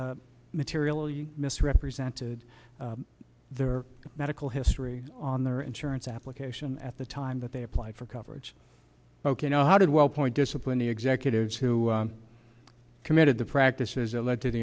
materially misrepresented their medical history on their insurance application at the time that they apply for coverage ok no how did well point discipline the executives who committed the practices